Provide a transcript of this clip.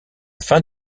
fin